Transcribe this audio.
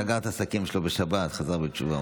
השר קרעי, סגר את העסקים שלו בשבת, חזר בתשובה.